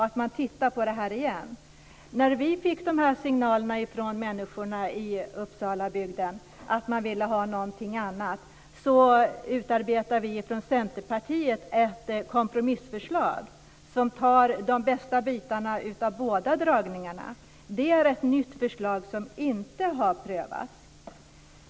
När vi i Centerpartiet fick signalerna från människorna i Uppsalabygden att man ville ha någonting annat utarbetade vi ett kompromissförslag. Det tar fram de bästa bitarna av båda dragningarna. Det är ett nytt förslag som inte har prövats.